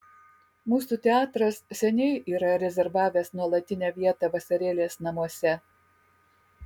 mūsų teatras seniai yra rezervavęs nuolatinę vietą vasarėlės namuose